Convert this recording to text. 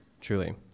truly